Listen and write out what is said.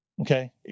okay